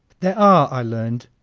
there are, i learned,